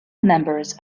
members